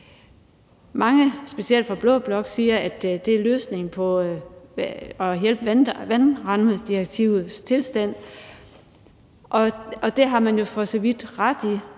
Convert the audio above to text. Mange, specielt fra blå blok, siger, at det er løsningen på at overholde vandrammedirektivet, og det har man jo for så vidt ret i.